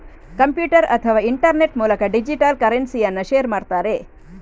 computer ಅಥವಾ internet ಮೂಲಕ digital ಕರೆನ್ಸಿಯನ್ನ ಶೇರ್ ಮಾಡ್ತಾರೆ